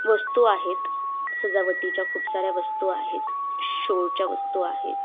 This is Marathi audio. वस्तू आहेत सजावटीच्या खूप साऱ्या वस्तू आहेत शोच्या वस्तू आहेत